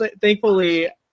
thankfully